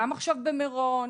גם עכשיו במירון.